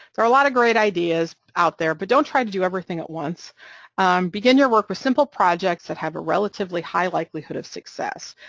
there are a lot of great ideas out there, but don't try to do everything at once, and begin your work with simple projects that have a relatively high likelihood of success,